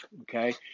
okay